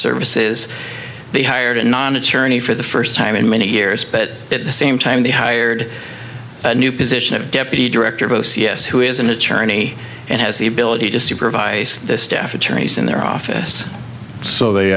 services they hired a non attorney for the first time in many years but at the same time they hired a new position of deputy director of o c s who is an attorney and has the ability to supervise staff attorneys in their office so they